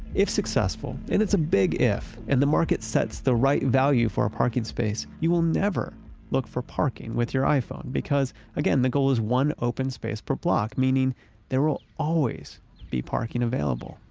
if successful and it's a big if and the market sets the right value for a parking space, you will never look for parking with your iphone because, again, the goal is one open space per block, meaning there will always be parking available.